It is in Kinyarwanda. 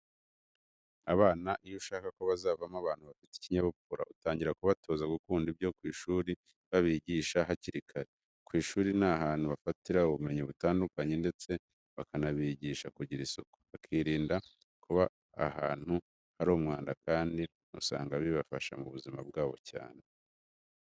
Abana iyo ushaka ko bazavamo abantu bafite ikinyabupfura, utangira kubatoza gukunda ibyo ku ishuri babigisha hakiri kare. Ku ishuri ni ahantu bafatira ubumenyi butandukanye ndetse bakanabigisha kugira isuku, bakirinda kuba ahantu hari umwanda kandi usanga bibafasha mu buzima bwabo cyane.